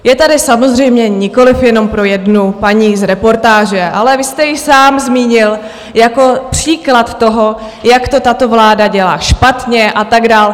Je tady samozřejmě nikoliv jenom pro jednu paní z reportáže, ale vy jste ji sám zmínil jako příklad toho, jak to tato vláda dělá špatně a tak dál.